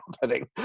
happening